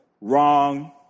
Wrong